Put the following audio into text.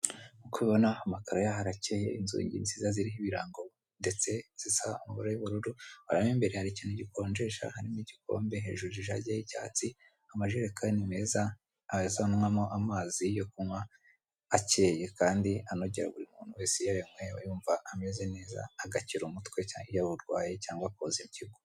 Nkuko mubibona amakaro y'aho aracyeye, inzugi nziza ziriho ibirango ndetse zisa amabara y'ubururu, hariya mu imbere hari ikintu gikonjesha harimo ibikombe, ijage y'icyatsi, amajerekani meza azanwamo amazi yo kunywa acyeye Kandi anogeye buri muntu wese iyo aya nyoye aba yumva ameze neza ,akira umutwe cyane iyo awurwaye cyangwa akoze impyiko.